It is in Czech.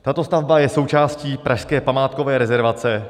Tato stavba je součástí pražské památkové rezervace.